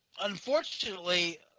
Unfortunately